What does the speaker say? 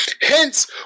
Hence